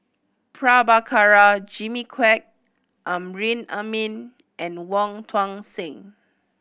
Prabhakara Jimmy Quek Amrin Amin and Wong Tuang Seng